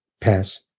Pass